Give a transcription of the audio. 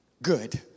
good